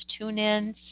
TuneIn